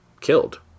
killed